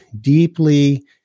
deeply